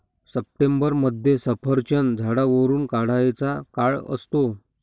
सप्टेंबरमध्ये सफरचंद झाडावरुन काढायचा काळ असतो